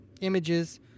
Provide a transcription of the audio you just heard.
images